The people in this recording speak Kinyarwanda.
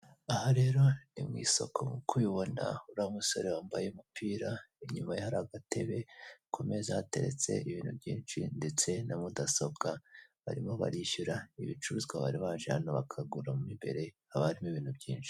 Aha rero ni mu isoko nk'uko ubibona urIya musore wambaye umupira, inyuma ye hari agatebe, ku meza hateretse ibintu byinshi ndetse na mudasobwa. Barimo barishyura ibicuruzwa bari baje hano bakaguramo imbere, haba harimo ibintu byinshi.